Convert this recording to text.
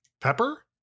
Pepper